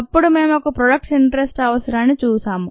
అప్పుడు మేము ఒక ప్రాడక్స్ట్ ఇంటరెస్ట్ అవసరాన్ని చూసాము